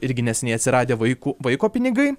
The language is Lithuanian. irgi neseniai atsiradę vaikų vaiko pinigai